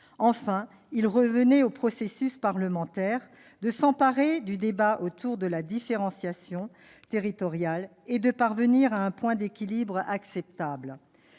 Enfin, il revenait au processus parlementaire de s'emparer du débat autour de la différenciation territoriale et de parvenir à un point d'équilibre acceptable,